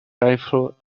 rifle